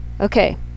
Okay